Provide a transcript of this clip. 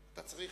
זאב.